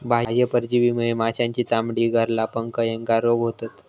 बाह्य परजीवीमुळे माशांची चामडी, गरला, पंख ह्येका रोग होतत